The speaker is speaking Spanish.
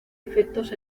efectos